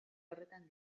horretan